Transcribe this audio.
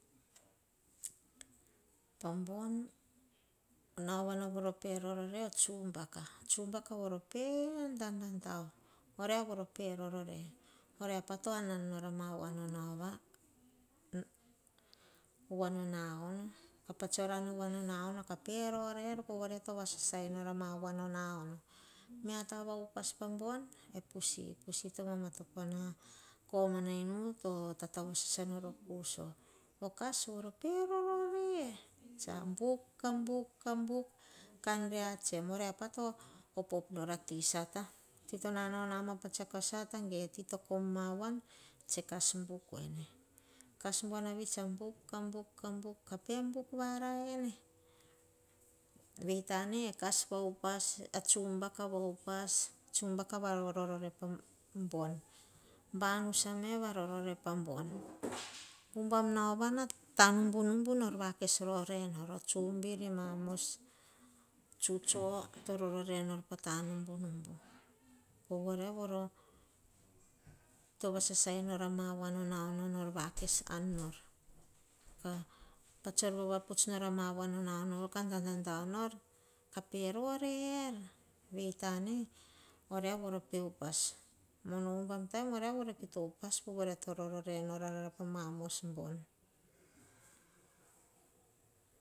Pah bon, nauvana voro peh rorore a tsubaka, tsubaka vorope dadadao. Oria vorope rorore horiapa to anan nor ama voana ana. Patsor nor oh voa na ono, kah perore er, mia tabava upas pabon, e pusi. Pusi to vama topo na komana inu, to tatao vavasa na okuso. Poh voro pero rore tsa buk, ka buk, ka buk, kan pe reasem. Orai pato opop noi ati sata. Ti to nanau nama patsiako asata ge ati to kom ma voan tse ka bukuene. Kas buanivi tsa kes buk, ka buk, ka buk, kan pe buk varaene. Vei tane kas va upas a tsubaga va upas. Tsubaka varorore pa bon. Banusa me va rorore pah bon. Ubam nauvana tovakes rerenor pa tanubunubu. Vere ah mos tsutso to vakas rore nor pa ma ta nubunubu. Pavoria to vakes vasasa nor ama voa na ono nor anan nor pa tsor vava puts nor ama voa na ono vori nor anan nor. Kah rore er. Vei tane oria voropo upas ubam bon oria voro kito upas. Pa mamos bon.